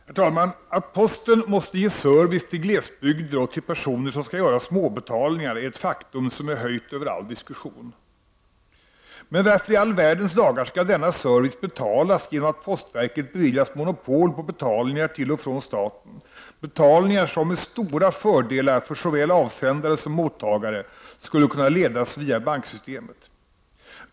Herr talman! Att posten måste ge service till glesbygder och till personer som skall göra små betalningar är ett faktum som är höjt över all diskussion. Men varför i all världens dagar skall denna service betalas genom att postverket beviljas monopol på betalningar till och från staten, betalningar som med stora fördelar för såväl avsändare som mottagare skulle kunna ledas via banksystemet?